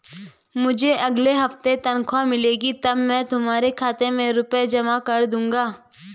मुझे अगले हफ्ते तनख्वाह मिलेगी तब मैं तुम्हारे खाते में रुपए जमा कर दूंगा